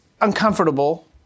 uncomfortable